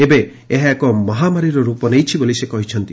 ଏବେ ଏହା ଏକ ମହାମାରୀର ରୂପ ନେଇଛି ବୋଲି ସେ କହିଛନ୍ତି